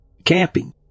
camping